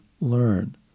learn